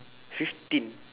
fifteen